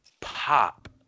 pop